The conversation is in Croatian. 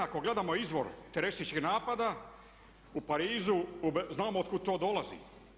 Ako gledamo izvor terorističkih napada u Parizu znamo otkud to dolazi.